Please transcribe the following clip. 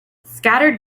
scattered